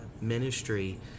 ministry